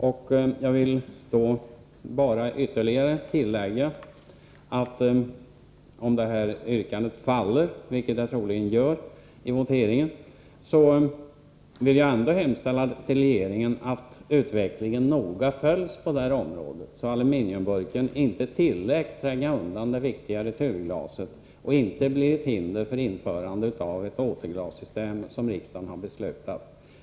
Om det särskilda yrkandet faller, vilket det troligen gör i voteringen, vill jag ändå hemställa till regeringen att utvecklingen noga följs på det här området, så att aluminiumburken inte tillåts tränga ut det viktiga returglaset och bli ett hinder för införande av ett återglassystem, som riksdagen har beslutat.